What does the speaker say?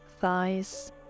thighs